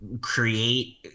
create